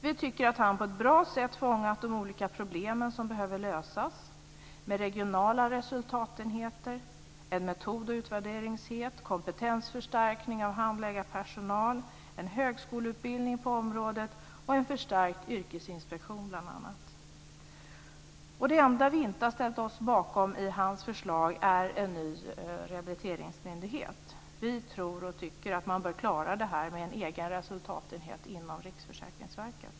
Vi tycker att han på ett bra sätt fångat de olika problem som behöver lösas med bl.a. regionala resultatenheter, en metod och utvärderingsenhet, kompetensförstärkning av handläggarpersonal, en högskoleutbildning på området och en förstärkt yrkesinspektion. Det enda vi inte har ställt oss bakom i hans förslag är en ny rehabiliteringsmyndighet. Vi tror och tycker att man bör klara detta med en egen resultatenhet inom Riksförsäkringsverket.